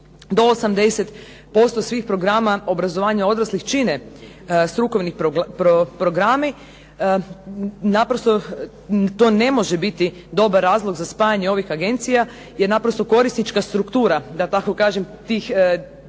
do 80% svih programa obrazovanja odraslih čine strukovni programi. Naprosto to ne može biti dobar razlog za spajanje ovih agencija jer naprosto korisnička struktura, da